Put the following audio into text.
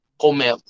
comer